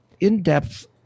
in-depth